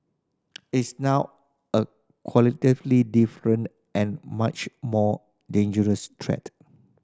it's now a qualitatively different and much more dangerous threat